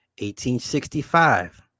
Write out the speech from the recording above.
1865